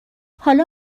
حالا